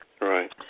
Right